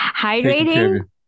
hydrating